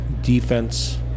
defense